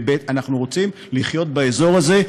אנחנו רוצים לחיות באזור הזה,